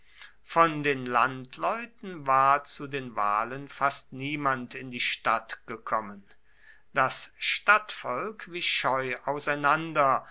von den landleuten war zu den wahlen fast niemand in die stadt gekommen das stadtvolk wich scheu auseinander